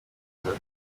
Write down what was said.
kenzo